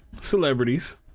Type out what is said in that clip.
celebrities